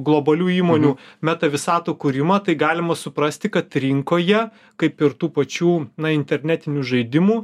globalių įmonių meta visatų kūrimą tai galima suprasti kad rinkoje kaip ir tų pačių na internetinių žaidimų